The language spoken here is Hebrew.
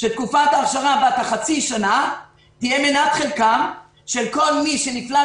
בת החצי שנה תהיה מנת חלקם של כל מי שנפלט